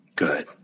Good